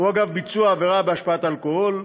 או אגב ביצוע עבירה בהשפעת אלכוהול,